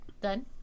done